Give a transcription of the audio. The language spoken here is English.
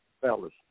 fellas